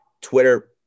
Twitter